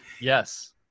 Yes